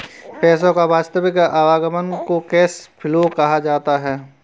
पैसे का वास्तविक आवागमन को कैश फ्लो कहा जाता है